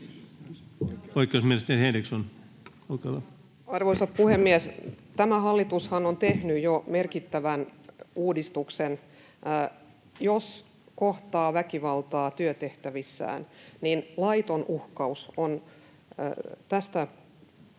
Content: Arvoisa puhemies! Tämä hallitushan on tehnyt jo merkittävän uudistuksen: jos kohtaa väkivaltaa työtehtävissään, niin laiton uhkaus on tämän